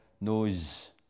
knows